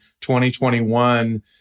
2021